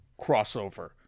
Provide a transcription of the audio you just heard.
crossover